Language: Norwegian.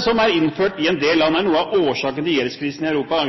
som er innført i en del land, er noe av årsaken til gjeldskrisen i Europa.